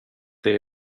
det